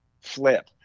flip